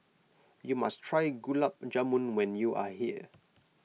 you must try Gulab Jamun when you are here